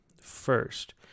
first